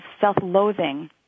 self-loathing